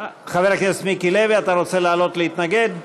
חבר הכנסת מיקי לוי, אתה רוצה לעלות להתנגד?